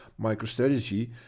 MicroStrategy